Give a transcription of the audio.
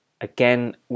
Again